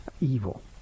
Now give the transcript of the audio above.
evil